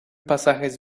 pasajes